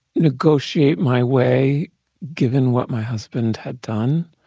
negotiate my way given what my husband had done.